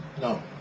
No